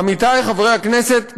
עמיתי חברי הכנסת,